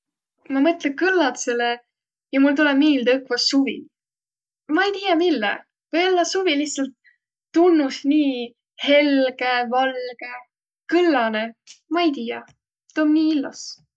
Ma mõtlõ kõllatsõlõ ja mul tulõ miilde õkva suvi. Ma ei tiiäq, mille. või-ollaq suvi lihtsält tunnus nii helge, valgõ, kõllanõ. Ma ei tiiäq, tuu om nii illos.